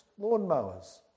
lawnmowers